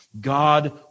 God